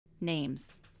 Names